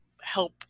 help